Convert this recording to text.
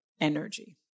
energy